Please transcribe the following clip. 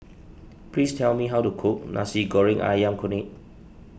please tell me how to cook Nasi Goreng Ayam Kunyit